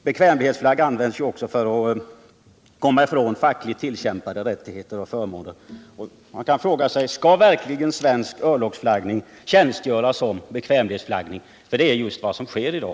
Bekvämlighetsflagg används ju också för att komma ifrån fackligt tillkämpade rättigheter och förmåner för besättningen. Man kan fråga sig: Skall verkligen svensk örloggsflaggning tjänstgöra som bekvämlighetsflaggning? Det är just vad som sker i dag.